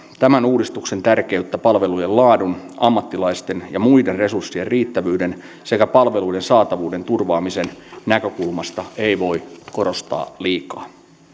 tämän uudistuksen tärkeyttä palvelujen laadun ammattilaisten ja muiden resurssien riittävyyden sekä palveluiden saatavuuden turvaamisen näkökulmasta ei voi korostaa liikaa